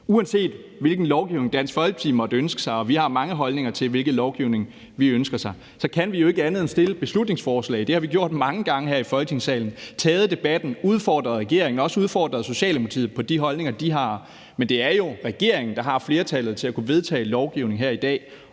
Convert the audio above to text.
Uanset hvilken lovgivning Dansk Folkeparti måtte ønske sig – og vi har mange holdninger til, hvilken lovgivning vi ønsker os – kan vi jo ikke andet end at fremsætte beslutningsforslag. Det har vi gjort mange gange her i Folketingssalen. Vi har taget debatten og udfordret regeringen og også udfordret Socialdemokratiet på de holdninger, de har. Men det er jo regeringen, der har flertallet til at kunne vedtage lovgivning her i dag,